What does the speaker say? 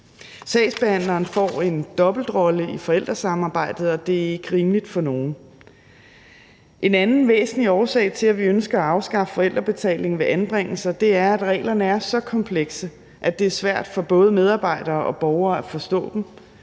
Sagsbehandleren får en dobbeltrolle i forældresamarbejdet, og det er ikke rimeligt for nogen. En anden væsentlig årsag til, at vi ønsker at afskaffe forældrebetalingen ved anbringelser, er, at reglerne er så komplekse, at det er svært for både medarbejdere og borgere at forstå dem.